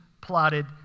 plotted